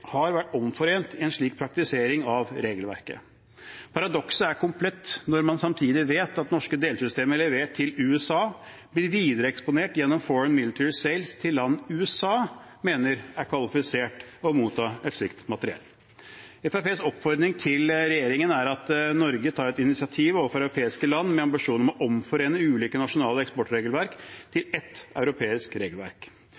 har vært omforent i en slik praktisering av regelverket. Paradokset er komplett når man samtidig vet at norske delsystemer levert til USA blir videre eksportert gjennom Foreign Military Sales til land USA mener er kvalifisert til å motta slikt materiell. Fremskrittspartiets oppfordring til regjeringen er at Norge tar et initiativ overfor europeiske land med ambisjon om å omforene ulike nasjonale eksportregelverk